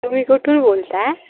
तुम्ही कुठून बोलत आहे